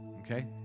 Okay